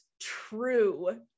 true